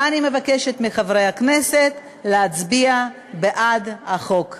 ואני מבקשת מחברי הכנסת להצביע בעד החוק,